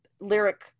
lyric